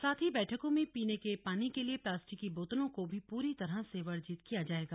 साथ ही बैठकों में पीने के पानी के लिए प्लास्टिक की बोतलों को भी पूरी तरह से वर्जित किया जाएगा